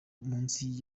munsi